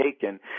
taken